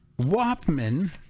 Wapman